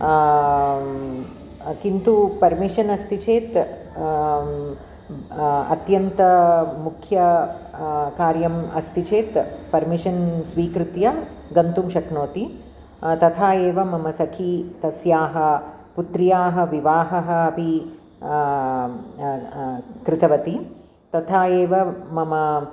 किन्तु पर्मिशन् अस्ति चेत् अत्यन्तं मुख्यं कार्यम् अस्ति चेत् पर्मिशन् स्वीकृत्य गन्तुं शक्नोति तथा एवं मम सखि तस्याः पुत्र्याः विवाहः अपि कृतवती तथा एव मम